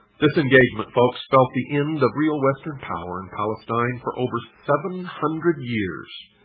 this engagement folks spelt the end of real western power in palestine for over seven hundred years,